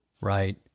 Right